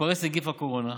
התפרץ נגיף הקורונה,